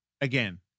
again